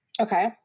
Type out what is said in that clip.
Okay